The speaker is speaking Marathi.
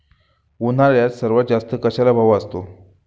उन्हाळ्यात सर्वात जास्त कशाला भाव असतो?